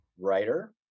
writer